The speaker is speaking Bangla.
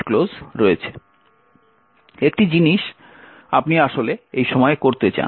একটি জিনিস আপনি আসলে এই সময়ে করতে চান